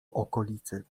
okolicy